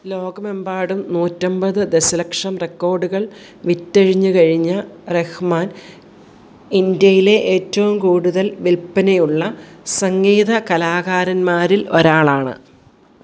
ലോകമെമ്പാടും നൂറ്റൻപത് ദശലക്ഷം റെക്കോർഡുകൾ വിറ്റഴിഞ്ഞു കഴിഞ്ഞ റഹ്മാൻ ഇന്ത്യയിലെ ഏറ്റവും കൂടുതൽ വില്പനയുള്ള സംഗീത കലാകാരന്മാരിൽ ഒരാളാണ്